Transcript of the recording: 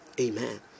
Amen